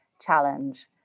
challenge